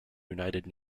united